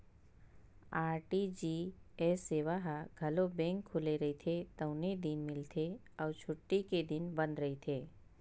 RTGS सेवा ह घलो बेंक खुले रहिथे तउने दिन मिलथे अउ छुट्टी के दिन बंद रहिथे